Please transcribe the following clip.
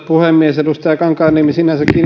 puhemies edustaja kankaanniemi kiinnittää sinänsä